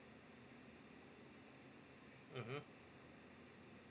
mmhmm